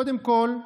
קודם כול,